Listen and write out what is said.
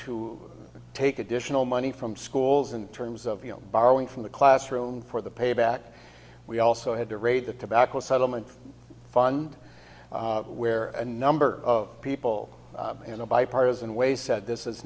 to take additional money from schools in terms of you know borrowing from the classroom for the payback we also had to raid the tobacco settlement fund where a number of people in a bipartisan way said this is